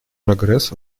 прогресс